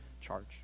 charge